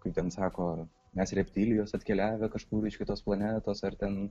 kaip ten sako ar mes reptilijos atkeliavę kažkur iš kitos planetos ar ten